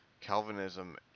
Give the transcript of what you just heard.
Calvinism